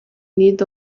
need